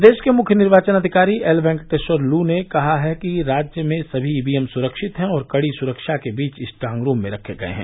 प्रदेश के मुख्य निर्वाचन अधिकारी एल वेंकेटेश्वर लू ने कहा कि राज्य में सभी ईवीएम सुरक्षित हैं और कड़ी सुरक्षा के बीच स्ट्रांगरूम में रखी गई हैं